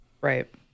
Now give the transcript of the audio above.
Right